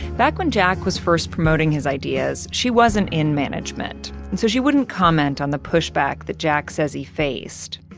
back when jack was first promoting his ideas, she wasn't in management and so she wouldn't comment on the pushback that jack says he faced.